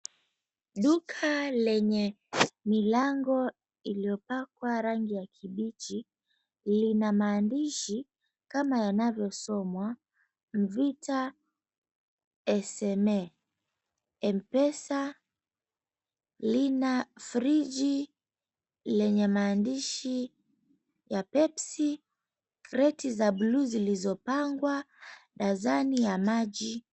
Duka lenye milango iliyopakwa rangi ya kibichi lina maandishi kama yanavyosomwa Mvita SMA M-Pesa, lina friji lenye maandishi ya Pepsi, kreti za blue zilizopangwa, dasani ya maji.